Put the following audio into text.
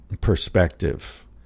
perspective